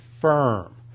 firm